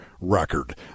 record